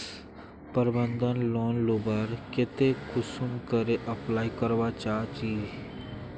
प्रबंधन लोन लुबार केते कुंसम करे अप्लाई करवा चाँ चची?